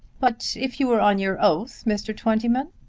but if you were on your oath, mr. twentyman?